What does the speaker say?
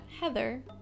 Heather